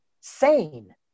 sane